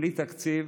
בלי תקציב,